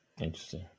Interesting